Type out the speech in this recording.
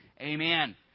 Amen